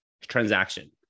transaction